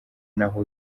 naho